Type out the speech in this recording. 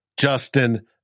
Justin